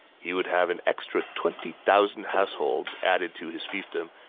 he would have an extra twenty thousand households added to his fiefdom,